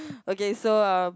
okay so um